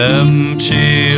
empty